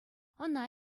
ӑна